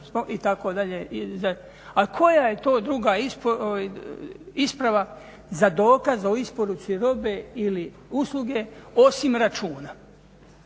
a koja je to druga isprava za dokaz o isporuci robe ili usluge osim računa.